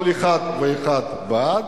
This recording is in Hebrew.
כל אחד ואחד בעד,